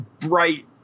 bright